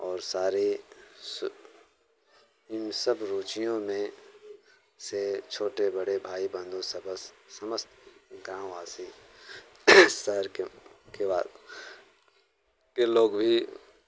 और सारे सु इन सब रुचियों में से छोटे बड़े भाई बंधु सबस समस्त गाँववासी शहर के के वा के लोग भी